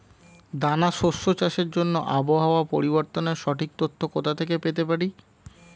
দানা শস্য চাষের জন্য আবহাওয়া পরিবর্তনের সঠিক তথ্য কোথা থেকে পেতে পারি?